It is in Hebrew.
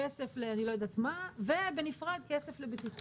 כסף לאני לא יודעת מה ובנפרד כסף לבטיחות.